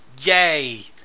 Yay